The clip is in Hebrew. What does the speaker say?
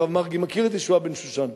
הרב מרגי מכיר את ישועה בן-שושן.